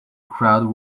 crowd